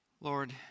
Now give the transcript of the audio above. Lord